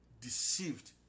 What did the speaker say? deceived